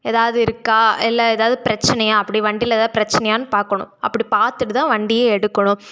ஏதாது இருக்கா இல்லை ஏதாது பிரச்சினையா அப்படி வண்டியில் ஏதாவுது பிரச்சினையான் பார்க்கணும் அப்படி பார்த்துட்டுதான் வண்டியே எடுக்கணும்